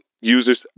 users